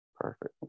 Perfect